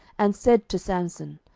and said to samson,